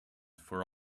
for